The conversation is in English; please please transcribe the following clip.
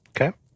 Okay